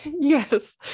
yes